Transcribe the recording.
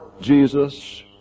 Jesus